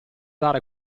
dare